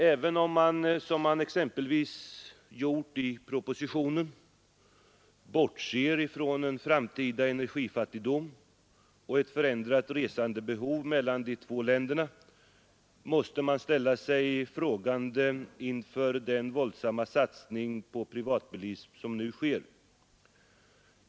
Även om man, som exempelvis görs i propositionen, bortser från en framtida energifattigdom och ett förändrat resandebehov mellan de två länderna, måste man ställa sig frågande inför den våldsamma satsning på privatbilismen som nu sker.